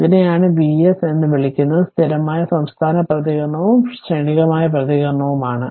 ഇതിനെയാണ് Vs എന്ന് വിളിക്കുന്നത് സ്ഥിരമായ സംസ്ഥാന പ്രതികരണവും ഇത് ക്ഷണികമായ പ്രതികരണവുമാണ്